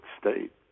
state